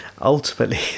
ultimately